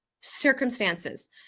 circumstances